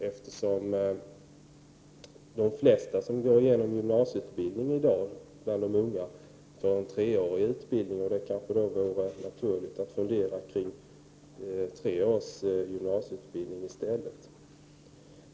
Eftersom de flesta unga som i dag går igenom gymnasieutbildning får en treårig utbildning vore det naturligt att fundera på tre års gymnasieutbildning i stället.